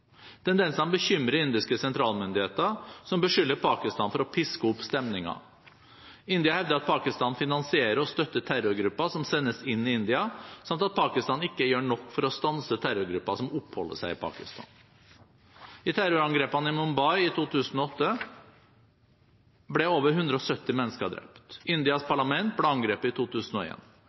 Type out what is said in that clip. bekymrer indiske sentralmyndigheter, som beskylder Pakistan for å piske opp stemningen. India hevder at Pakistan finansierer og støtter terrorgrupper som sendes inn i India, samt at Pakistan ikke gjør nok for å stanse terrorgrupper som oppholder seg i Pakistan. I terrorangrepene i Mumbai i 2008 ble over 170 mennesker drept. Indias parlament ble angrepet i